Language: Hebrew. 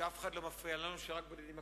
שאף אחד לא מפריע לנו, שרק בודדים מקשיבים,